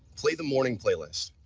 play the morning playlist.